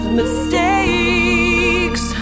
mistakes